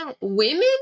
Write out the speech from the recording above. women